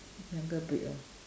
younger breed ah